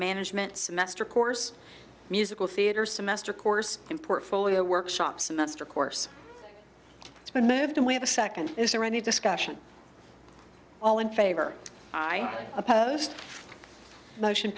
management semester course musical theater semester course in portfolio workshops semester course it's been moved away the second is there any discussion all in favor i opposed motion